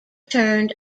turned